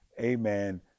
amen